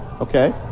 Okay